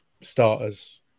starters